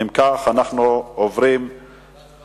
אם כך, אנחנו עוברים להצבעה.